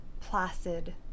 placid